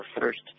first